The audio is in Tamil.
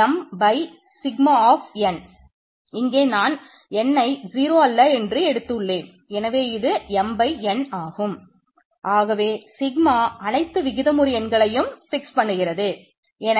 n n